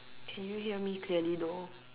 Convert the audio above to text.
can you hear me clearly though